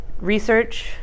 research